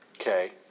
okay